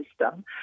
system